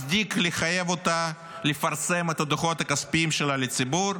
מצדיק לחייב אותה לפרסם את הדוחות הכספיים שלה לציבור,